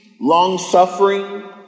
long-suffering